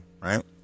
right